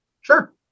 Sure